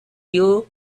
you